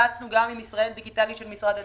התייעצנו גם עם ישראל דיגיטלית של משרד הדיגיטל.